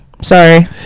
sorry